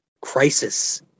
crisis